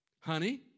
Honey